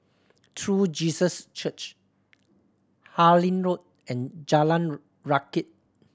True Jesus Church Harlyn Road and Jalan Rakit